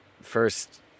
first